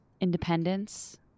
independence